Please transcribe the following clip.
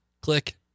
Click